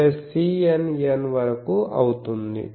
CN N వరకు అవుతుంది